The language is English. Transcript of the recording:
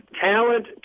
talent